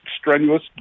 strenuous